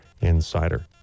insider